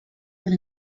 del